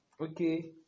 Okay